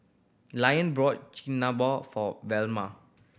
bought Chigenabe for Velma